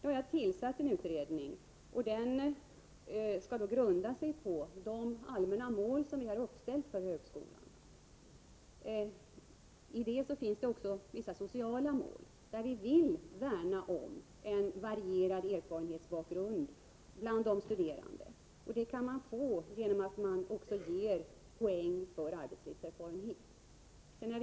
Jag har nu tillsatt en utredning, och den skall utgå från de allmänna mål som vi har ställt upp för högskolan. Häri ingår också vissa sociala mål. Vi vill värna om en varierad erfarenhetsbakgrund bland de studerande. En sådan kan man få genom att också ge poäng för arbetslivserfarenhet.